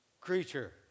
creature